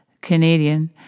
Canadian